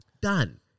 Done